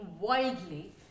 wildly